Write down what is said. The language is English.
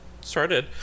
started